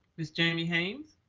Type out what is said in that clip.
miss jamie hames.